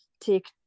take